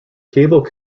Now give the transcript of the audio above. cable